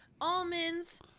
almonds